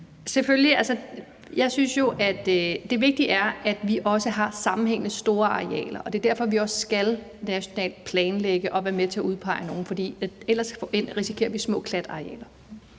lige om lidt. Jeg synes jo, at det vigtige er, at vi også har sammenhængende store arealer, og det er derfor, vi også skal planlægge nationalt og være med til at udpege nogle. For ellers risikerer vi små klatarealer.